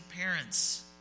parents